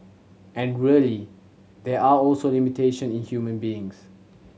and really there are also limitation in human beings